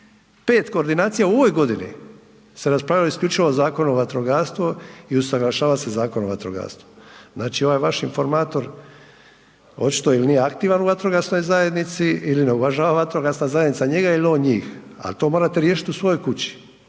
5 koordinacija u ovoj godini se raspravljao isključivo Zakon o vatrogastvu i usaglašava se Zakon o vatrogastvu. Znači ovaj vaš informator očito ili nije aktivan u vatrogasnoj zajednici ili ne uvažava vatrogasna njega ili on njih ali to morate riješiti u svojoj kući,